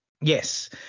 Yes